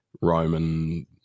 roman